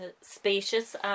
spacious